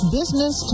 Business